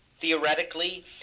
theoretically